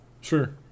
Sure